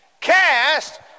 Cast